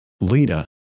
leader